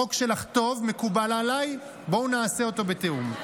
החוק שלך טוב, מקובל עליי, בואו נעשה אותו בתיאום.